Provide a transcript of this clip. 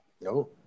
No